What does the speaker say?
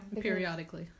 Periodically